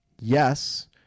Yes